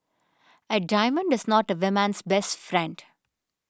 a diamond is not a woman's best friend